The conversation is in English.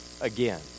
again